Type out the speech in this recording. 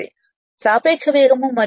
సాపేక్ష వేగం మరియు ns n 120 F 2 P